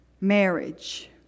marriage